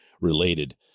related